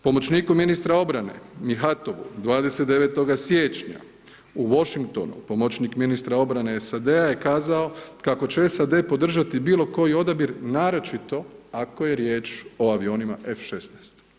Pomoćniku ministra obrane Mihatovu 29. siječnja u Washingtonu pomoćnik ministra obrane SAD-a je kazao kako će SAD podržati bilo koji odabir naročito ako je riječ o avionima F16.